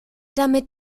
damit